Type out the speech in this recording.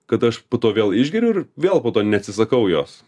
kad aš po to vėl išgeriu ir vėl po to neatsisakau jos